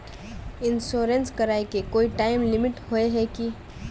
Insurance कराए के कोई टाइम लिमिट होय है की?